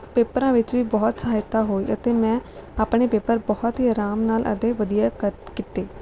ਪੇਪਰਾਂ ਵਿੱਚ ਵੀ ਬਹੁਤ ਸਹਾਇਤਾ ਹੋਈ ਅਤੇ ਮੈਂ ਆਪਣੇ ਪੇਪਰ ਬਹੁਤ ਹੀ ਆਰਾਮ ਨਾਲ ਅਤੇ ਵਧੀਆ ਕੀਤੇ